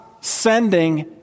sending